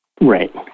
Right